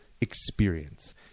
experience